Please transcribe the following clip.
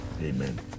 Amen